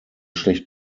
schlecht